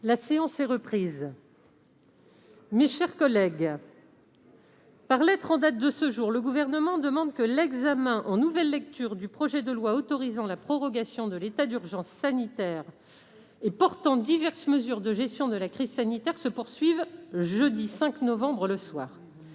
La séance est reprise. Mes chers collègues, par lettre en date de ce jour, le Gouvernement demande que l'examen en nouvelle lecture du projet de loi autorisant la prorogation de l'état d'urgence sanitaire et portant diverses mesures de gestion de la crise sanitaire se poursuive le jeudi 5 novembre au soir.